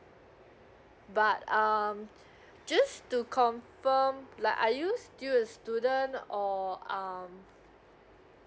but um just to confirm like are you still a student or um